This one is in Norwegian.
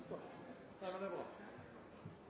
der det